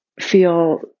feel